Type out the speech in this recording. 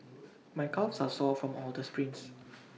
my calves are sore from all the sprints